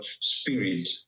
spirit